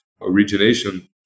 origination